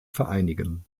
vereinigen